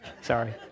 Sorry